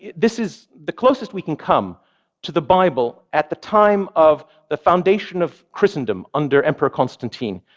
this is the closest we can come to the bible at the time of the foundation of christendom under emperor constantine,